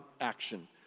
action